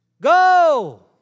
go